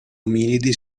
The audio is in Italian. ominidi